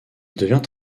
devient